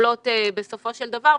שמתקבלות בסופו של דבר,